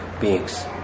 beings